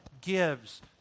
gives